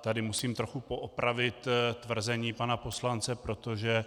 Tady musím trochu poopravit tvrzení pana poslance, protože